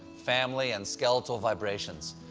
family, and skeletal vibrations.